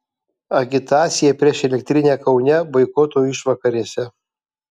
agitacija prieš elektrinę kaune boikoto išvakarėse